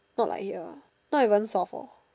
not like here lah not even sell for